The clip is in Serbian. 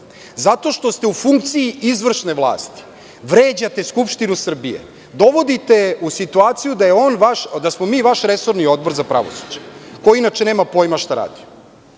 Zato što ste u funkciji izvršne vlasti vređate Skupštinu Srbije, dovodite je u situaciju da smo mi vaš resorni Odbor za pravosuđe, koji inače nema pojma šta radi.